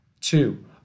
Two